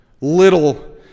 Little